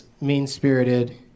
mean-spirited